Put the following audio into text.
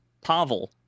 Pavel